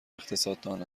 اقتصاددان